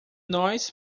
nós